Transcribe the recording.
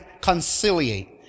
conciliate